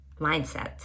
mindset